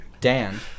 Dan